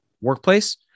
workplace